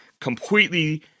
completely